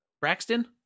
Braxton